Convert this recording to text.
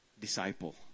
disciple